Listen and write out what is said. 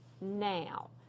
now